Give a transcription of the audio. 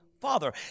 father